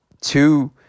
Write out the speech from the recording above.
Two